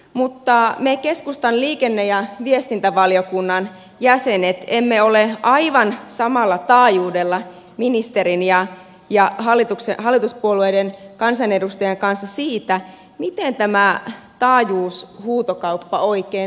mutta me keskustan liikenne ja viestintävaliokunnan jäsenet emme ole aivan samalla taajuudella ministerin ja hallituspuolueiden kansanedustajien kanssa siitä miten tämä taajuushuutokauppa oikein toteutetaan